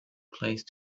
place